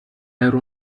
era